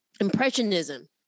impressionism